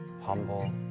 humble